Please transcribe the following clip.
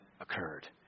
occurred